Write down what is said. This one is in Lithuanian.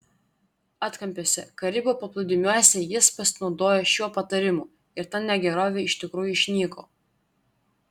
atkampiuose karibų paplūdimiuose jis pasinaudojo šiuo patarimu ir ta negerovė iš tikrųjų išnyko